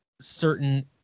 certain